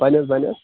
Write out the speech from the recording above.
بَنہِ حظ بَنہِ حظ